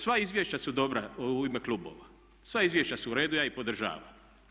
Sva izvješća su dobra u ime klubova, sva izvješća su u redu, ja ih podržavam.